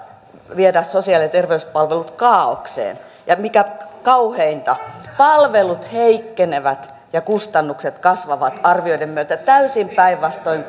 viedä sosiaali ja terveyspalvelut kaaokseen ja mikä kauheinta palvelut heikkenevät ja kustannukset kasvavat arvioiden myötä täysin päinvastoin